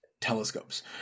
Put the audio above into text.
telescopes